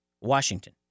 Washington